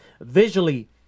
visually